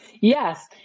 yes